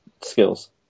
Skills